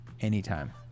anytime